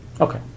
Okay